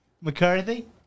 McCarthy